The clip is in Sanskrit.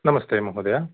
नमस्ते महोदया